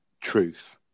truth